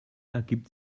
ergibt